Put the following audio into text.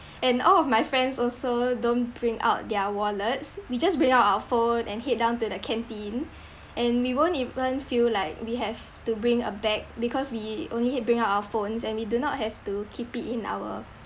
and all of my friends also don't bring out their wallets we just bring out our phone and head down to the canteen and we won't even feel like we have to bring a bag because we only bring out our phones and we do not have to keep it in our